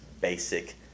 basic